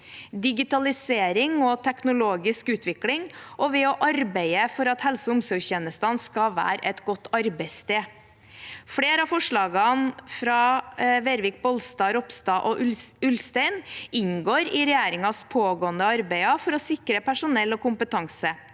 digitalisering og teknologisk utvikling og å arbeide for at helse- og omsorgstjenesten skal være et godt arbeidssted. Flere av forslagene fra Vervik Bollestad, Ropstad og Ulstein inngår i regjeringens pågående arbeid for å sikre personell og kompetanse.